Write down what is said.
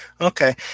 Okay